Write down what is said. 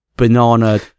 banana